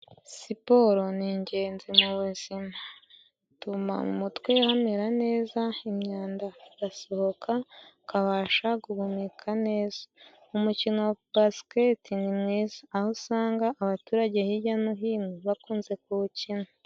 Siporo ni ingenzi mu buzima, ituma mu mutwe hamera neza imyanda irasohoka ukabasha guhumeka neza umukino wa basiketi ni mwiza, aho usanga abaturage hirya no hino bakunze kuwukina.